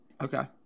Okay